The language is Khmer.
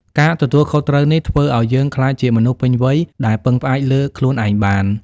ការទទួលខុសត្រូវនេះធ្វើឲ្យយើងក្លាយជាមនុស្សពេញវ័យដែលពឹងផ្អែកលើខ្លួនឯងបាន។